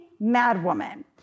madwoman